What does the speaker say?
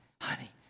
honey